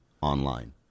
online